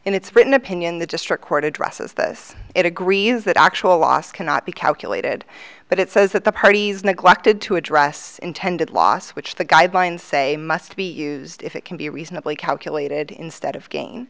in its written opinion the district court addresses this it agrees that actual os cannot be calculated but it says that the parties neglected to address intended loss which the guidelines say must be used if it can be reasonably calculated instead of ga